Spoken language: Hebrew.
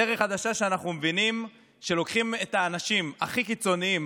דרך חדשה שאנחנו מבינים שלוקחים את האנשים הכי קיצוניים